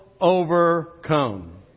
overcome